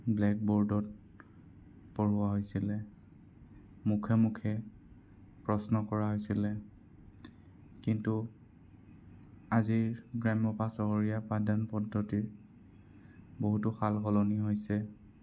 ব্লেকব'ৰ্ডত পঢ়োৱা হৈছিলে মুখে মুখে প্ৰশ্ন কৰা হৈছিলে কিন্তু আজিৰ গ্ৰাম্য বা চহৰীয়া পাঠদান পদ্ধতিত বহুতো সালসলনি হৈছে